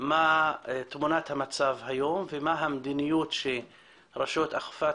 מה תמונת המצב היום ומה המדיניות שרשויות אכיפת